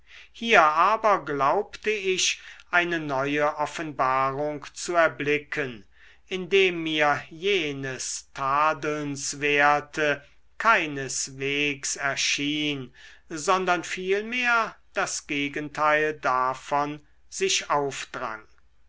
hier aber glaubte ich eine neue offenbarung zu erblicken indem mir jenes tadelnswerte keineswegs erschien sondern vielmehr das gegenteil davon sich aufdrang